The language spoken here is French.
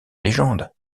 légende